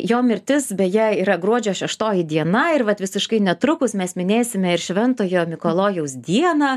jo mirtis beje yra gruodžio šeštoji diena ir vat visiškai netrukus mes minėsime ir šventojo mikalojaus dieną